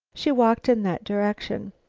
she walked in that direction.